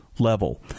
Level